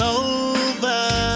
over